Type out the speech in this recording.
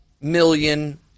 million